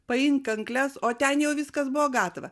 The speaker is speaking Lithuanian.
paim kankles o ten jau viskas buvo gatava